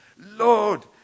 Lord